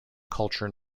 culture